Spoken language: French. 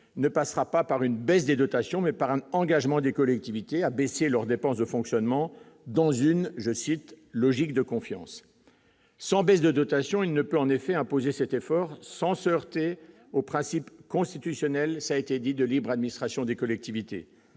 ne passera pas par une baisse des dotations mais par un engagement des collectivités à baisser leurs dépenses de fonctionnement dans une, je cite : logique de confiance sans baisse de dotation, il ne peut en effet imposer cet effort sens heurté au principe constitutionnel, ça a été dit de libre administration des collectivités,